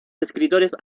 escritores